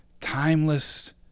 timeless